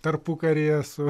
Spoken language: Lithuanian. tarpukaryje su